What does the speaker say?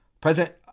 President